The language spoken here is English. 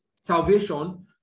salvation